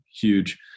huge